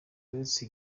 uretse